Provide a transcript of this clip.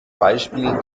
beispiel